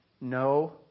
No